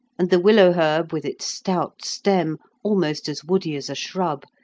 and the willow herb with its stout stem, almost as woody as a shrub,